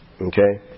Okay